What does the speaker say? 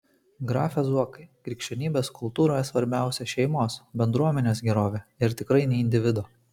grafe zuokai krikščionybės kultūroje svarbiausia šeimos bendruomenės gerovė ir tikrai ne individo